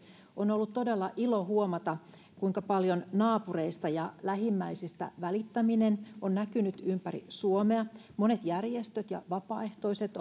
on ollut todella ilo huomata kuinka paljon naapureista ja lähimmäisistä välittäminen on näkynyt ympäri suomea monet järjestöt ja vapaaehtoiset